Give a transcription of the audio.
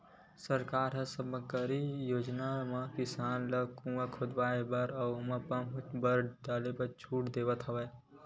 सरकार ह साकम्बरी योजना म किसान ल कुँआ खोदवाए बर अउ ओखर पंप बर छूट देवथ हवय